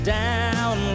down